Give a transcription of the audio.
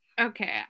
Okay